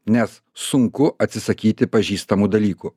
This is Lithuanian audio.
nes sunku atsisakyti pažįstamų dalykų